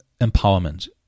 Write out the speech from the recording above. empowerment